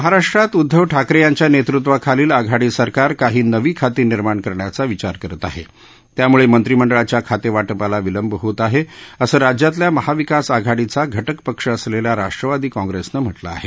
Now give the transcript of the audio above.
महाराष्ट्रात उद्धव ठाकरे यांच्या नेतृत्वाखालच्या आघाडी सरकार काही नवी खाती निर्माण करण्याचा विचार करत आहे त्यामुळे मंत्रिमंडळाच्या खाते वा शाला विलंब होत आहे असं राज्यातल्या महाविकास आघाडीचा घाक्र पक्ष असलेल्या राष्ट्रवादी काँप्रेसनं म्हाक्रि आहे